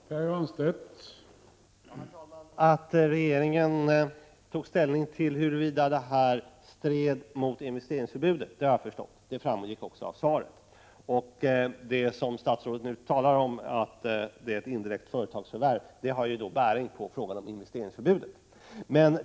Herr talman! Att regeringen tog ställning till huruvida detta samgående stred mot investeringsförbudet har jag förstått — det framgick av svaret. När statsrådet säger att det är ett indirekt företagsförvärv har det bärighet i fråga om investeringsförbudet.